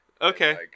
Okay